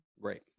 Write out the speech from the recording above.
right